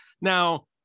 Now